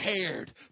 Cared